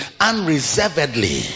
unreservedly